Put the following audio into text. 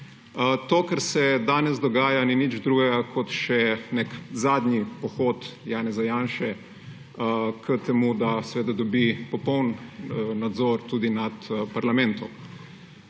To, kar se danes dogaja, ni nič drugega kot še nek zadnji pohod Janeza Janše k temu, da dobi popoln nadzor tudi nad parlamentom.